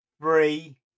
three